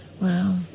Wow